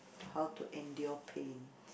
how to endure pain